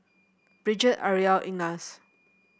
Brigette Ariella Ignatz